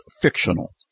fictional